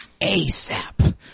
ASAP